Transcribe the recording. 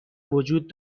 وجود